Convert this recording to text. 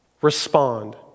respond